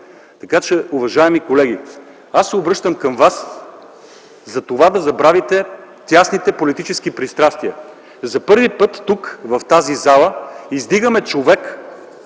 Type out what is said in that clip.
здраве. Уважаеми колеги, аз се обръщам към вас за това да забравите тесните политически пристрастия. За първи път в тази зала издигаме човек,